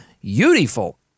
beautiful